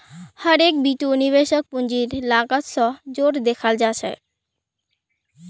हर एक बितु निवेशकक पूंजीर लागत स जोर देखाला जा छेक